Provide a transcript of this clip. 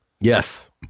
Yes